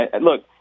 Look